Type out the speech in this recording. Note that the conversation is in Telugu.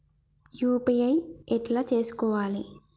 యూ.పీ.ఐ ఎట్లా చేసుకోవాలి?